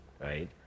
right